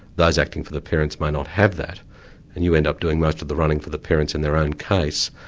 those acting for the parents may not have that, and you end up doing most of the running for the parents in their own case,